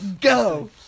Go